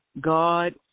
God